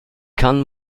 kann